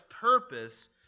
purpose